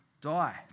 die